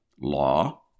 law